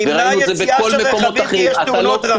אולי נמנע יציאה של רכבים כי יש תאונות דרכים?